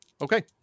Okay